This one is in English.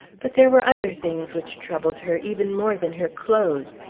but there were other things which troubled her even more than her clothes.